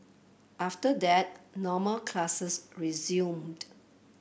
after that normal classes resumed